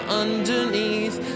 underneath